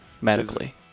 medically